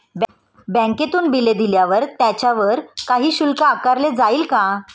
बँकेतून बिले दिल्यावर त्याच्यावर काही शुल्क आकारले जाईल का?